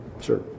Sure